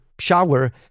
Shower